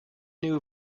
new